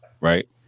right